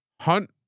hunt